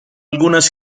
algunas